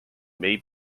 may